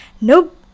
nope